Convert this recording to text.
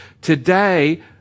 Today